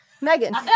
Megan